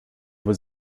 was